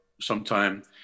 sometime